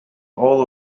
all